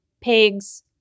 pigs